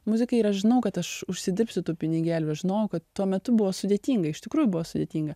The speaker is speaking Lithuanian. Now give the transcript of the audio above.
muzikai ir aš žinau kad aš užsidirbsiu tų pinigėlių aš žinojau kad tuo metu buvo sudėtinga iš tikrųjų buvo sudėtinga